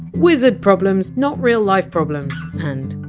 wizard problems not real life problems! and,